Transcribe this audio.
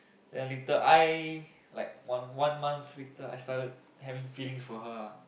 then later I like one one month later I started having feelings for her ah